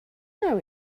know